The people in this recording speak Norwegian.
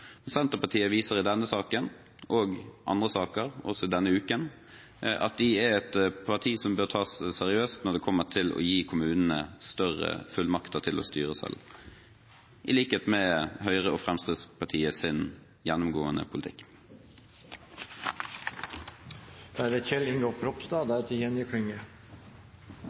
Senterpartiet viser i denne saken – og i andre saker, også denne uken – at det er et parti som bør tas seriøst når det gjelder å gi kommunene større fullmakter til å styre selv, i likhet med Høyre og Fremskrittspartiets gjennomgående politikk. Det er blitt sagt mye bra i saken, og